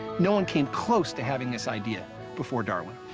no one came close to having this idea before darwin.